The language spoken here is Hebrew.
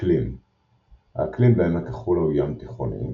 אקלים האקלים בעמק החולה הוא ים תיכוני,